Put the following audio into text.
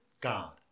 God